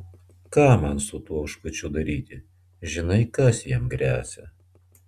ką man su tuo oškučiu daryti žinai kas jam gresia